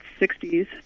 60s